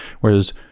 whereas